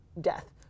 death